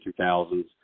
2000s